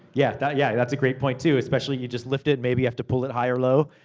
yeah yeah yeah, that's a great point too. especially, you just lifted, maybe have to pull it high or low,